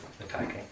attacking